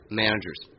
managers